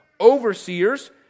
overseers